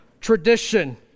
tradition